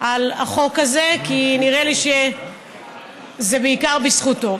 על החוק הזה, כי נראה לי שזה בעיקר בזכותו.